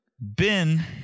Ben